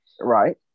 Right